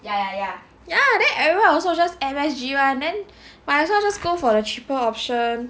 ya then everyone else also just M_S_G [one] then might as well just go for a cheaper option